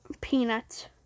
peanuts